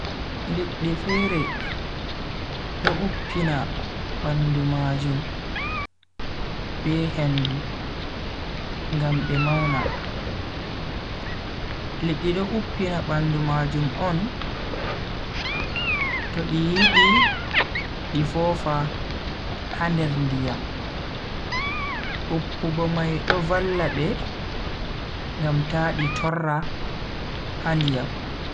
Liddi fere do uppina bandu ma jum be hendu ngam be mauna. liddi do uppina bandu majum on to di yidi di fofa ha nder ndiyam. uppugo mai do valla be ngam ta di torra ha ndiyam.